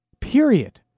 period